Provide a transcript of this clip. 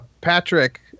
Patrick